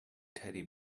teddy